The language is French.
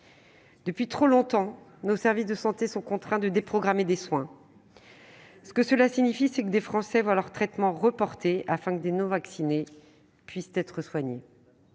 Depuis trop longtemps, nos services de santé sont contraints de déprogrammer des soins. Cela signifie que des Français voient leur traitement reporté afin que des non-vaccinés puissent être soignés.